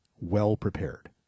well-prepared